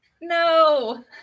No